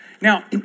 Now